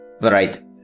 Right